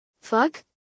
Fuck